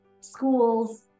schools